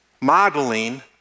modeling